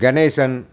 Ganesan